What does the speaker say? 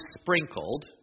sprinkled